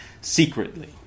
secretly